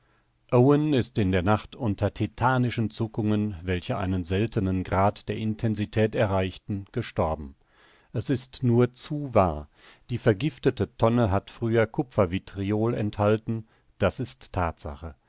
owen ist in der nacht unter tetanischen zuckungen welche einen seltenen grad der intensität erreichten gestorben es ist nur zu wahr die vergiftete tonne hat früher kupfervitriol enthalten das ist thatsache